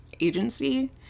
agency